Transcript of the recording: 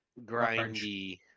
grindy